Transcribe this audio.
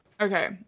Okay